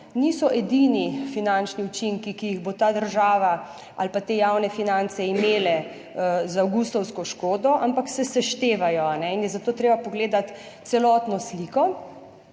niso edini finančni učinki, ki jih bo ta država ali pa te javne finance imele z avgustovsko škodo, ampak se seštevajo in je zato treba pogledati celotno sliko.